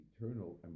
eternal